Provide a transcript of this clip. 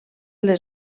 les